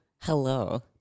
Hello